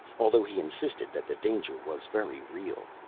although he insisted that the danger was very real.